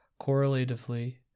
Correlatively